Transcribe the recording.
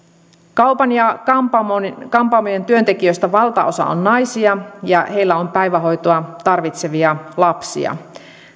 kaupan ja kampaamojen työntekijöistä valtaosa on naisia ja heillä on päivähoitoa tarvitsevia lapsia